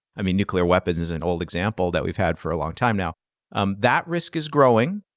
i mean, nuclear weapons is an old example that we've had for a long time now um that risk is growing.